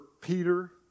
Peter